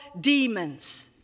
demons